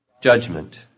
judgment